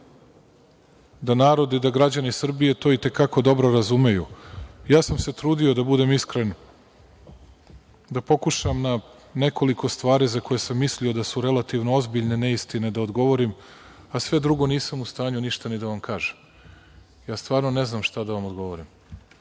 da narod i da građani Srbije to i te kako dobro razumeju. Ja sam se trudio, da budem iskren, da pokušam na nekoliko stvari za koje sam mislio da su relativno ozbiljne neistine da odgovorim, a sve drugo nisam u stanju ništa ni da vam kažem. Stvarno ne znam šta da vam odgovorim.